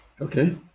Okay